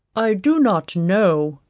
i do not know,